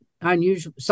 unusual